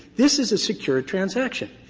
this is a secured transaction.